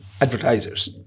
advertisers